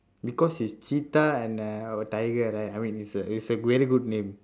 because it's cheetah and a our tiger right I mean it's a it's a very good name